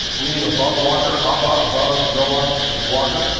meaning above walker, aba above, nowa is walker.